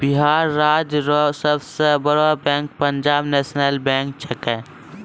बिहार राज्य रो सब से बड़ो बैंक पंजाब नेशनल बैंक छैकै